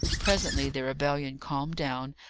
presently the rebellion calmed down,